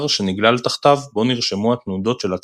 שנגלל תחתיו בו נרשמו התנודות של הצליל.